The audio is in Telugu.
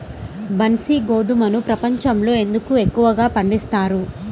బన్సీ గోధుమను ప్రపంచంలో ఎందుకు ఎక్కువగా పండిస్తారు?